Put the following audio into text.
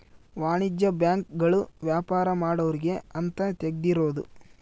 ವಾಣಿಜ್ಯ ಬ್ಯಾಂಕ್ ಗಳು ವ್ಯಾಪಾರ ಮಾಡೊರ್ಗೆ ಅಂತ ತೆಗ್ದಿರೋದು